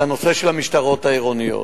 וזה הנושא של המשטרות העירוניות.